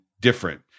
different